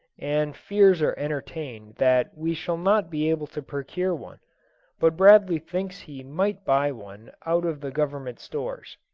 and fears are entertained that we shall not be able to procure one but bradley thinks he might buy one out of the government stores.